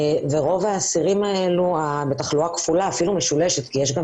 רוב האסירים האלה בתחלואה כפולה ואפילו משולשת כי יש גם